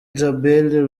djabel